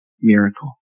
miracle